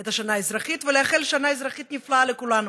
את השנה האזרחית ולאחל שנה אזרחית נפלאה לכולנו.